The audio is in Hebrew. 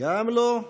גם לא,